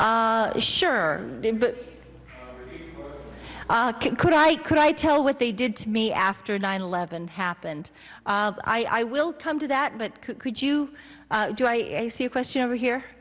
shot sure but could i could i tell what they did to me after nine eleven happened i will come to that but could you do i see a question over here